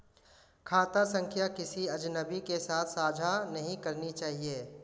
खाता संख्या किसी अजनबी के साथ साझा नहीं करनी चाहिए